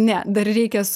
ne dar reikia